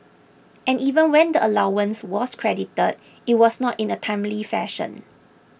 and even when the allowance was credited it was not in a timely fashion